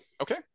Okay